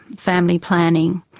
family planning,